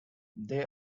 they